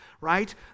right